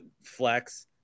flex